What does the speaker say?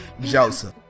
Joseph